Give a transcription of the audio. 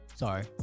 Sorry